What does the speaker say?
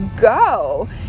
go